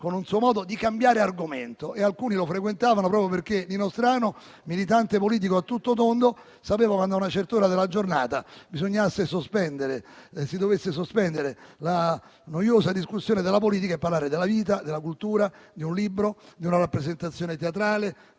con un suo modo di cambiare argomento. Alcuni lo frequentavano proprio perché Nino Strano, militante politico a tutto tondo, sapeva quando a una certa ora della giornata si dovesse sospendere la noiosa discussione della politica e parlare della vita, della cultura, di un libro, di una rappresentazione teatrale,